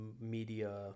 media